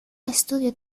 estudios